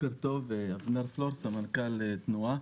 בוקר טוב, אבנר פלור, סמנכ"ל תנועה